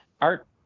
Art